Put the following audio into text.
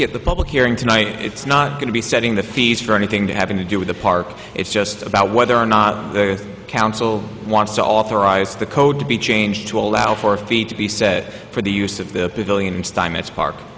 yet the public hearing tonight it's not going to be setting the fees for anything to having to do with the park it's just about whether or not the council wants to authorize the code to be changed to allow for a fee to be set for the use of the pa